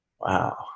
wow